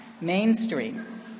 mainstream